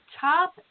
top